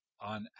on